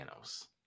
Thanos